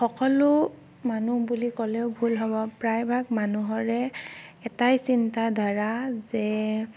সকলো মানুহ বুলি ক'লেও ভুল হ'ব প্ৰায় ভাগ মানুহৰে এটাই চিন্তাধাৰা যে